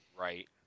right